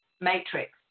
matrix